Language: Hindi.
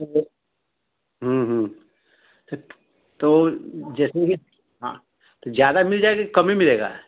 तो तो जिसमें कि हाँ तो ज्यादा मिल जाएगा कि कम ही मिलेगा